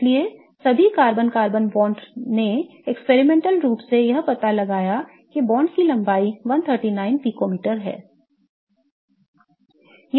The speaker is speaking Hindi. इसलिए सभी कार्बन कार्बन बॉन्ड ने प्रायोगिक रूप से यह पता लगाया कि बॉन्ड की लंबाई 139 पिकोमीटर है